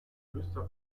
höchster